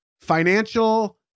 financial